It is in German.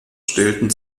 stellten